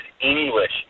English